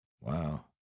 wow